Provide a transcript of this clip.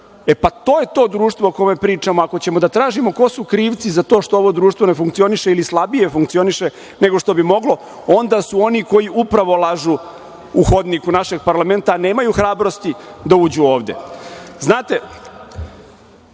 e pa to je to društvo o kome pričamo. Ako ćemo da tražimo ko su krivci za to što ovo društvo ne funkcioniše ili slabije funkcioniše nego što bi moglo, onda su oni koji upravo lažu u hodniku našeg parlamenta, a nemaju hrabrosti da uđu